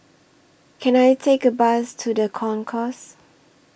Can I Take A Bus to The Concourse